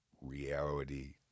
reality